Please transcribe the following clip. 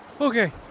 Okay